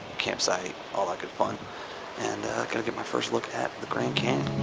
campsite, all that good fun and gonna get my first look at the grand canyon.